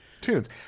tunes